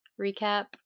recap